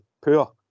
poor